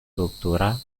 doctorat